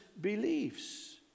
beliefs